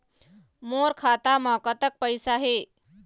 मोर खाता म कतक पैसा हे?